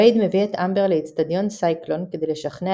וייד מביא את אמבר לאצטדיון סייקלון כדי לשכנע